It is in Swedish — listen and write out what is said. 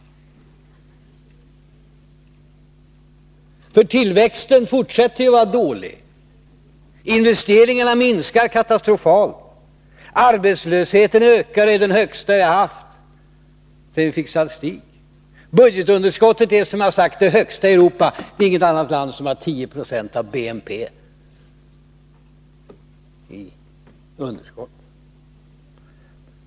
Tillväxten fortsätter att vara dålig, investeringarna minskar katastrofalt, arbetslösheten ökar och är den högsta vi har haft sedan vi fick statistik, budgetunderskottet är, som jag har sagt, det högsta i Europa — det är inget annat land som har 1096 av BNP i budgetunderskott.